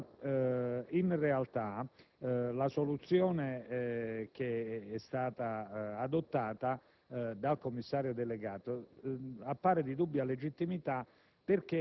In realtà, la soluzione adottata dal Commissario delegato appare di dubbia legittimità,